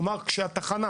כלומר, כשהתחנה